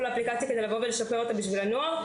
לאפליקציה במטרה לשפר אותה למען הנוער.